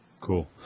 Cool